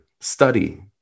study